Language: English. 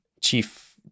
chief